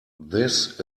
this